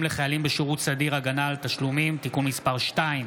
לחיילים בשירות סדיר (הגנה על תשלומים) (תיקון מס' 2),